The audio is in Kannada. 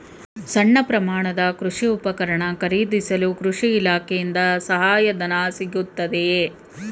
ಸಣ್ಣ ಪ್ರಮಾಣದ ಕೃಷಿ ಉಪಕರಣ ಖರೀದಿಸಲು ಕೃಷಿ ಇಲಾಖೆಯಿಂದ ಸಹಾಯಧನ ಸಿಗುತ್ತದೆಯೇ?